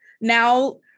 now